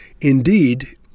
Indeed